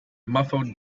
muffled